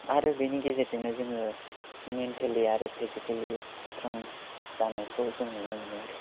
आरो बेनि गेजेरजोंनो जोङो मेन्टेलि आरो फिजिकेलि स्त्रं जानायखौ जों नुनो मोनो आरो